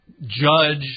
judge